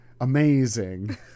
Amazing